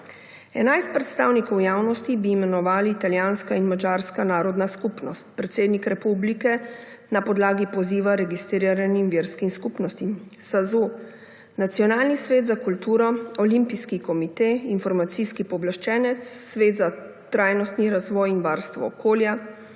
11 predstavnikov javnosti bi imenovali italijanska in madžarska narodna skupnost, predsednik republike, na podlagi poziva registriranim verskim skupnostim, SAZU, Nacionalni svet za kulturo, Olimpijski komite, Informacijski pooblaščenec, Svet za trajnostni razvoj in varstvo okolja,